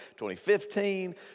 2015